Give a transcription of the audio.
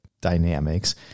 dynamics